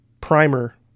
primer